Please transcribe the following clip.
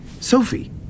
Sophie